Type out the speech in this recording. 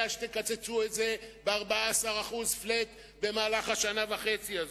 שתקצצו את זה ב-14% flat במהלך השנה וחצי הזאת.